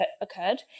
occurred